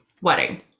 wedding